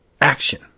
action